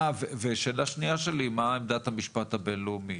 והשאלה השנייה שלי היא מהי עמדת המשפט הבין-לאומי?